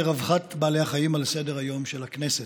רווחת בעלי החיים על סדר-היום של הכנסת.